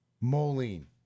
Moline